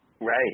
Right